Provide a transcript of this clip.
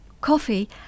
Coffee